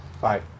Bye